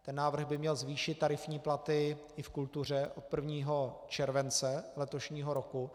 Ten návrh by měl zvýšit tarifní platy i v kultuře od 1. července letošního roku.